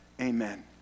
Amen